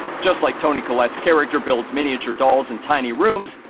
just like toni collette's character builds miniature dolls and tiny rooms,